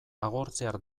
agortzear